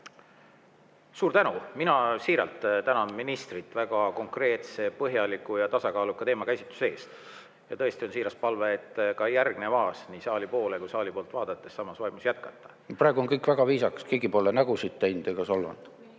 Suur tänu! Mina siiralt tänan ministrit väga konkreetse, põhjaliku ja tasakaaluka teemakäsitluse eest. Ja tõesti on siiras palve nii saali poole kui saali poolt vaadates samas vaimus jätkata. Praegu on kõik väga viisakas, keegi pole nägusid teinud ega solvanud.